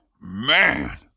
Man